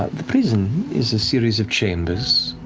the prison is a series of chambers,